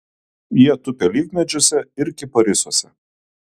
jie tupi alyvmedžiuose ir kiparisuose